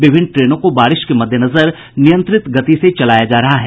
विभिन्न ट्रेनों को बारिश के मद्देनजर नियंत्रित गति से चलाया जा रहा है